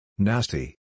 Nasty